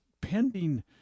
pending